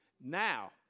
Now